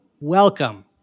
welcome